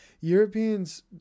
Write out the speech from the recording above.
Europeans